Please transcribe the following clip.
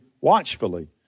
watchfully